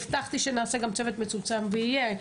הבטחתי שנעשה גם צוות מצומצם והוא יהיה.